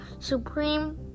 supreme